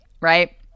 right